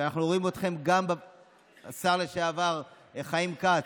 גם השר לשעבר חיים כץ,